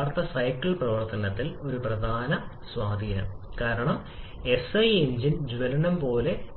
എനിക്ക് ലളിതമായ ഒരു ഉദാഹരണം നൽകാൻ